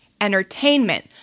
entertainment